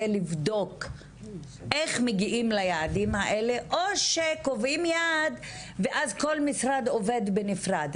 לבדוק איך מגיעים ליעדים האלה או שקובעים יעד ואז כל משרד עובד בנפרד.